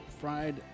fried